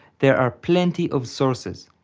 there are plenty of sources,